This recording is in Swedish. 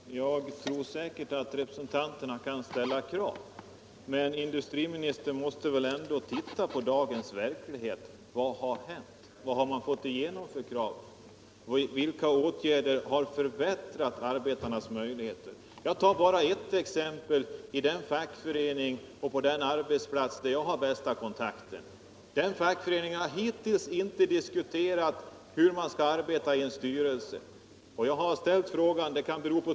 Fru talman! Jag är säker på att representanterna kan ställa krav. Men industriministern måste väl ändå se på dagens verklighet. Vad har hänt? Vad har man fått igenom för krav? Vilka åtgärder har förbättrat arbetarnas möjligheter? Jag tar bara ett exempel från den fackförening och den arbetsplats som jag har bäst kontakt med. Den fackföreningen har hittills inte diskuterat hur man skall arbeta i en styrelse, och jag har ställt frågan varför man inte gjort det.